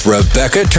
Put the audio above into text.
Rebecca